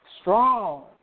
Strong